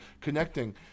connecting